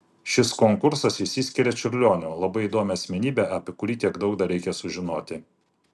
šis konkursas išsiskiria čiurlioniu labai įdomia asmenybe apie kurį tiek daug dar reikia sužinoti